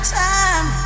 time